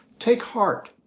take heart.